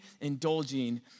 indulging